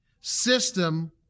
system